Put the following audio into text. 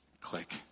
Click